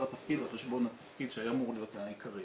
התפקיד על חשבון התפקיד שהיה אמור להיות העיקרי.